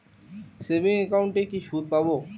Savings একাউন্টে কি সুদ পাব?